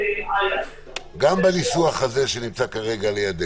גם בניסוח הזה, שנמצא כרגע לנגד